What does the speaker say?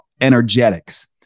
energetics